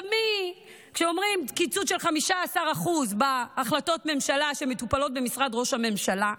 כשאומרים קיצוץ של 15% בהחלטות ממשלה שמטופלות במשרד ראש הממשלה,